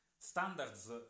standards